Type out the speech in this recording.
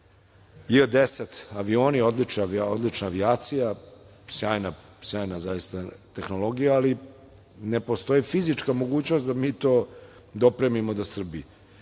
J-10 avioni, odlična avijacija, sjajna tehnologija, ali ne postoji fizička mogućnost da mi to dopremimo do